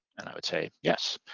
and i would say yes.